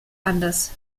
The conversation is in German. anders